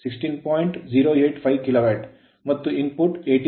ಆದ್ದರಿಂದ efficency ದಕ್ಷತೆಯು 86